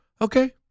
Okay